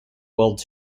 world